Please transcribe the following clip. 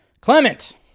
Clement